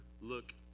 look